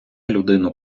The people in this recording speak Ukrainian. людину